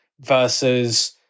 versus